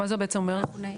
מה זה אומר, בעצם?